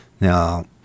Now